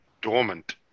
dormant